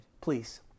please